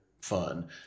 fun